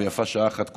ויפה שעה אחת קודם,